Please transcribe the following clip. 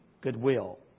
goodwill